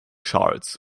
charts